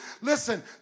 Listen